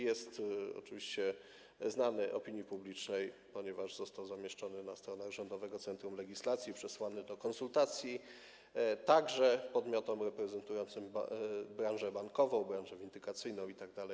Jest on oczywiście znany opinii publicznej, ponieważ został zamieszczony na stronach Rządowego Centrum Legislacji i przesłany do konsultacji, także podmiotom reprezentującym branżę bankową, branżę windykacyjną itd.